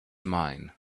mine